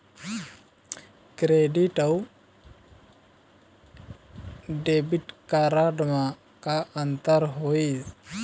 Debit अऊ credit card म का अंतर होइस?